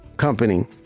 company